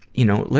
you know, let,